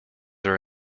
are